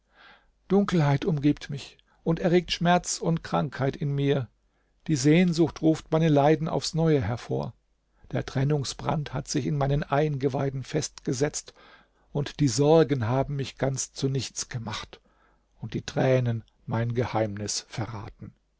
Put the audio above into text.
dunkelheit umgibt mich und erregt schmerz und krankheit in mir die sehnsucht ruft meine leiden aufs neue hervor der trennungsbrand hat sich in meinen eingeweiden festgesetzt und die sorgen haben mich ganz zu nichts gemacht und die tränen mein geheimnis verraten